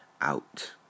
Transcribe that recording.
out